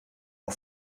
auf